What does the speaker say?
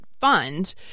fund